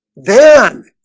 then